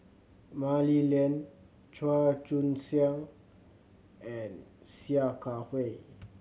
Mah Li Lian Chua Joon Siang and Sia Kah Hui